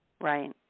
Right